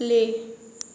play